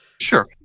sure